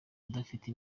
adafite